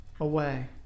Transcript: away